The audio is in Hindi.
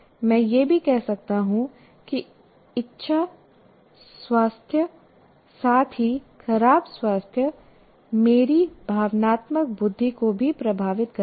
मैं यह भी कह सकता हूं कि अच्छा स्वास्थ्य साथ ही खराब स्वास्थ्य मेरी भावनात्मक बुद्धि को भी प्रभावित करेगा